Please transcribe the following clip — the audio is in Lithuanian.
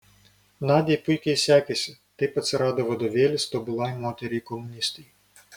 nadiai puikiai sekėsi taip atsirado vadovėlis tobulai moteriai komunistei